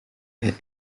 est